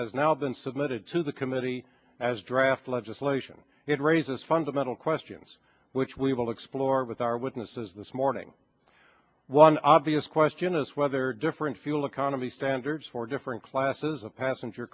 has now been submitted to the committee as draft legislation it raises fundamental questions which we will explore with our witnesses this morning one obvious question is whether different fuel economy standards for different classes of passenger